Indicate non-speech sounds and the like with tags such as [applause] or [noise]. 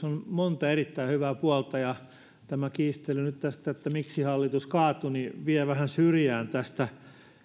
[unintelligible] on monta erittäin hyvää puolta ja tämä kiistely nyt tästä miksi hallitus kaatui vie vähän syrjään tästä